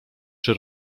czy